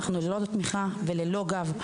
אנחנו ללא תמיכה וללא גב.